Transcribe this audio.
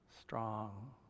Strong